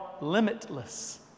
limitless